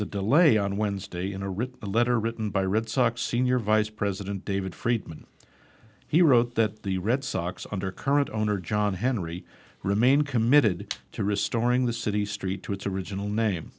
the delay on wednesday in a written letter written by red sox senior vice president david freedman he wrote that the red sox under current owner john henry remain committed to restoring the city street to its original name